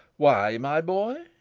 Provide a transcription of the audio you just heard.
why, my boy?